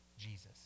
Jesus